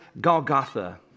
Golgotha